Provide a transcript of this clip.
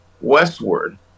westward